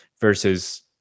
versus